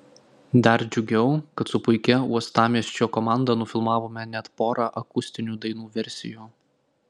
dar džiugiau kad su puikia uostamiesčio komanda nufilmavome net porą akustinių dainų versijų